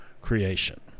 creation